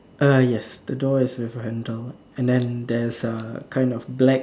uh yes the door is with a handle and then there's a kind of black